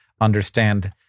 understand